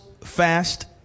fast